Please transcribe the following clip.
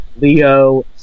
Leo